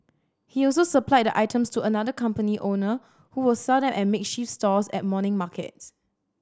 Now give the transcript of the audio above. he also supplied the items to another company owner who would sell them at makeshift stalls at morning markets